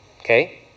Okay